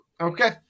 Okay